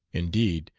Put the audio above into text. indeed,